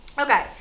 Okay